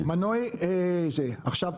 עכשיו,